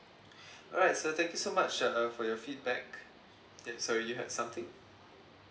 alright sir thank you so much uh for your feedback ya sorry you had something